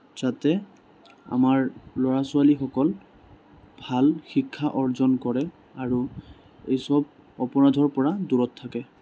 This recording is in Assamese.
যাতে আমাৰ ল'ৰা ছোৱালীসকল ভাল শিক্ষা অৰ্জন কৰে আৰু এইচব অপৰাধৰ পৰা দূৰত থাকে